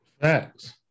Facts